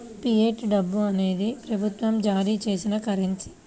fiat డబ్బు అనేది ప్రభుత్వం జారీ చేసిన కరెన్సీ